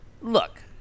Look